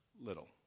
little